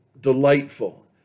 delightful